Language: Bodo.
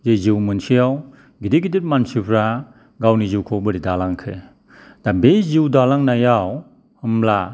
जे जिउ मोनसेआव गिदिर गिदिर मानसिफोरा गावनि जिउखौ बोरै दालांखो दा बे जिउ दालांनायाव होमब्ला